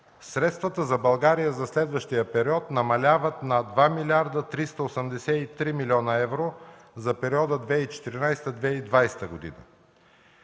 средствата за България за следващия период намаляват на 2 млрд. 383 млн. евро за периода 2014-2020 г.